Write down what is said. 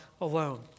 alone